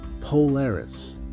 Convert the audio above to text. polaris